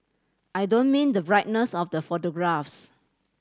I don't mean the brightness of the photographs